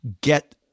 get